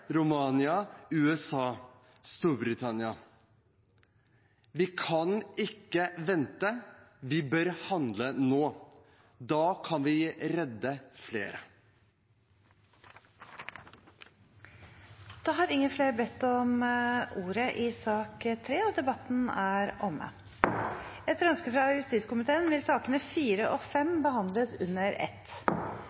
Romania, USA og Storbritannia. Vi kan ikke vente. Vi bør handle nå. Da kan vi redde flere. Flere har ikke bedt om ordet til sak nr. 3. Etter ønske fra justiskomiteen vil sakene nr. 4 og 5 behandles under ett. Etter ønske fra justiskomiteen vil